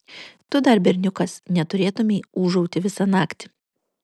tu dar berniukas neturėtumei ūžauti visą naktį